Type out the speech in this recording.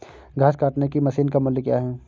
घास काटने की मशीन का मूल्य क्या है?